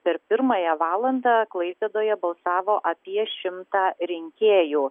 per pirmąją valandą klaipėdoje balsavo apie šimtą rinkėjų